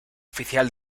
oficial